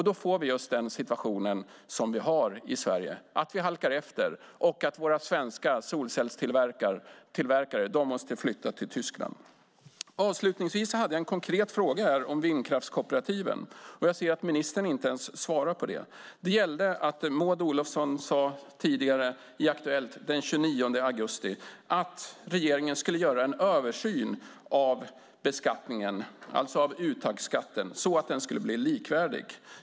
Då får vi den situation vi har i Sverige: Vi halkar efter, och våra svenska solcellstillverkare måste flytta till Tyskland. Avslutningsvis hade jag en konkret fråga om vindkraftskooperativen, och jag ser att ministern inte ens svarar på den. Den gällde att Maud Olofsson i Aktuellt den 29 augusti sade att regeringen skulle göra en översyn av beskattningen, alltså uttagsskatten, så att den skulle bli likvärdig.